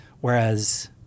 whereas